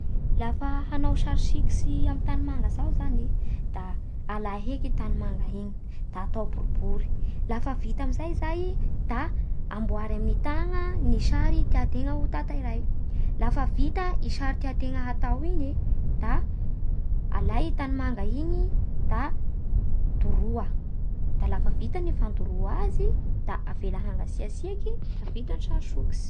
Lafa hanao sary sikotsy amin'ny tanimanga zao zany e, da ala heky tanimanga igny da atao boribory. Lafa vita amin'nizay zay da amboary amin'ny tana ny sary tiantegna ho tanteraha. Lafa vita i sary tiantegna ho tanterahy igny e da ala e tanimanga igny da doroa, da lafa vita ny fandoroa azy da avela hangatsiatsiaky da vita ny sary sikotsy.